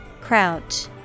crouch